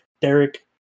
Derek